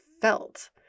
felt